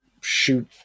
shoot